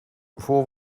voor